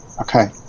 Okay